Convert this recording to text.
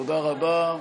תודה רבה.